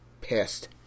pissed